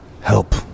help